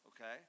okay